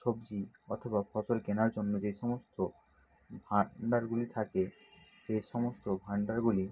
সবজি অথবা ফসল কেনার জন্য যে সমস্ত ভাণ্ডারগুলি থাকে সে সমস্ত ভাণ্ডারগুলি